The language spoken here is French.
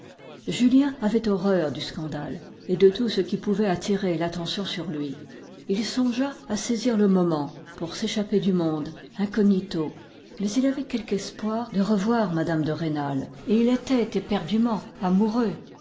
julien avait horreur du scandale et de tout ce qui pouvait attirer l'attention sur lui il songea à saisir le moment pour s'échapper du monde incognito mais il avait quelque espoir de revoir mme de rênal et il était éperdument amoureux